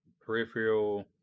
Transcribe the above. Peripheral